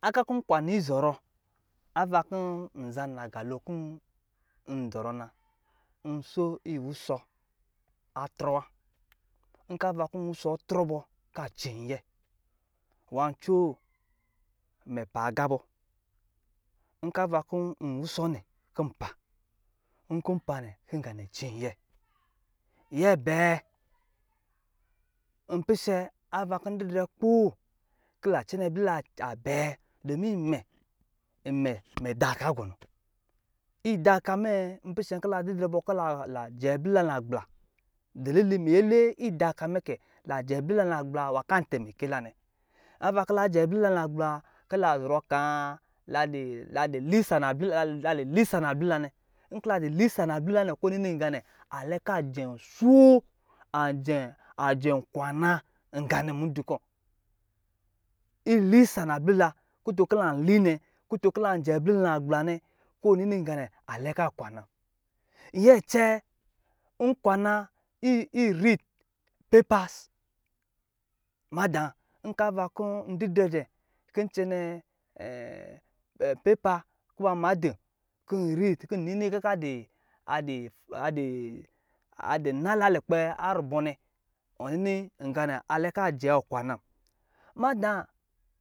Aqa kɔ nkwana izɔrɔ ava kɔ nza nagalo izɔrɔ na kɛ nso iwɔsɔ atvɔ wa nkɔ ava kɔ nwusɔ atvɔ bɔ kaci yɛ wancoo, mɛ paaqa bɔ ka va kɔ wusɔ nɛ kɔ npa nkɔ npa nɛ kɔ nga cɛn yɛ nyɛ bɛɛ npisɛ ava kɔ ndidrɛ kɔ la cɛnɛ ablila abɛɛ domi imɛ mɛ da ka gɔnɔ idaka mɛ npisɛ kɔ la didra bɔ kɔ la jɛ blila nagbla miyele ida ɔka mɛ kɛ kɔ la daka uwa kɔ lanjɛ blila nagbla nwa ka temele lanɛ ava kɔ la jɛ blila nagla nwa kɔ atene ce la nɛ npisɛ kɔ la didre bɔ kɔ lajɛ blila lugba didili miyele idakɔ mɛ kɛ kɔ lajɛ blila lugba didili miyele idakɔ mɛ kɛ kɔ lajɛ blila nagbla nwa ka temele lanɛ ava kɔ lajɛ blila nagbla ka nɔ ka ladi lesa nabli la nkɔ gaa ladi lisa nebɔ ka jɛ so ajɛnkwana nqanɛ mudu kɔ ilisa nabila kutunkɔ lajɛ bile naqbla kai jɛ nganɛ lɛ ka kwanan. Nyɛcɛɛ, nkwana irid pepas mada kkava kɔ ndidrɛ dɛ kɔ ncɛnɛ pipa kɔ ba ma din kɔ nnini aqa ka dɔ nala lukpɛ rubɔ ne nqanɛ alɛ kɔɔ ɔɔɔ kwanan na mada.